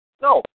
No